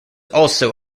also